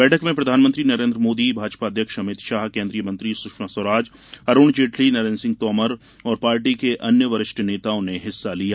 बैठक में प्रधानमंत्री नरेन्द्र मोदी भाजपा अध्यक्ष अमित शाह केन्द्रीय मंत्री सुषमा स्वराज अरूण जेटली नरेन्द्र सिंह तोमर और पार्टी के अन्य वरिष्ठ नेताओं ने हिस्सा लिया